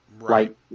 Right